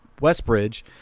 Westbridge